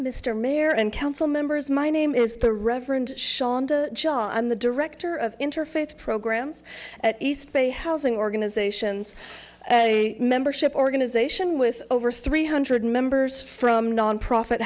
mayor and council members my name is the reverend shonda the director of interfaith programs at east bay housing organizations a membership organization with over three hundred members from nonprofit